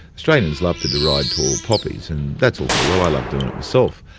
australians love to deride tall poppies, and that's all very well, i love doing it myself.